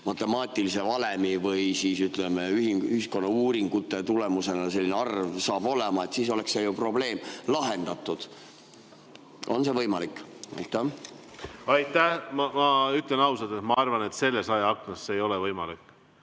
matemaatilise valemi või, ütleme, ühiskonnauuringute tulemusena selline arv on saadud? Siis oleks see probleem lahendatud. On see võimalik? Aitäh! Ma ütlen ausalt, et ma arvan, et selles ajaaknas see ei ole võimalik.